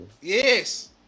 Yes